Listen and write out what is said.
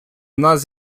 нас